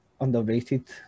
underrated